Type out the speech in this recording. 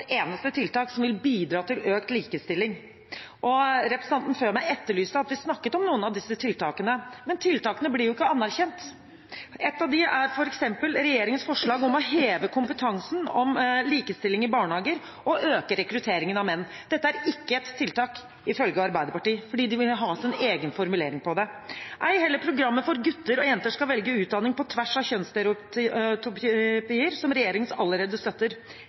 eneste tiltak som vil bidra til økt likestilling. Representanten før meg etterlyste at vi snakket om noen av disse tiltakene, men tiltakene blir jo ikke anerkjent. Ett av dem er f.eks. regjeringens forslag om å heve kompetansen om likestilling i barnehager og øke rekrutteringen av menn til det pedagogiske arbeidet. Dette er ikke et tiltak, ifølge Arbeiderpartiet, fordi de ville ha en egen formulering av det. Ei heller programmet for at gutter og jenter skal velge utdanning på tvers av kjønnsstereotypier, som regjeringen allerede støtter